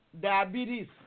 diabetes